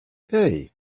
hey